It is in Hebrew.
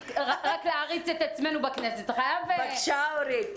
בבקשה אורית.